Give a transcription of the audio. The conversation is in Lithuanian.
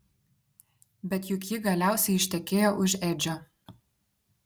bet juk ji galiausiai ištekėjo už edžio